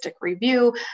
review